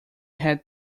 had